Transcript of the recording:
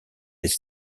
des